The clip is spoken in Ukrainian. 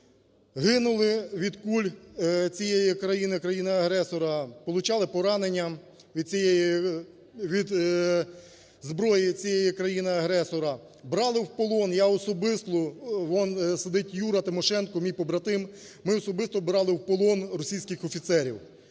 Гинули від куль цієї країни, країни-агресора, получали поранення від зброї цієї країни-агресора, брали в полон, я особисто, он сидить Юра Тимошенко мій побратим, ми особисто брали в полон російських офіцерів.